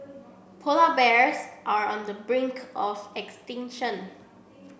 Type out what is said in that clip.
polar bears are on the brink of extinction